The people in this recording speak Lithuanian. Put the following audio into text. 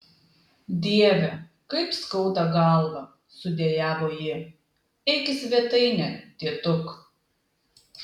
dieve kaip skauda galvą sudejavo ji eik į svetainę tėtuk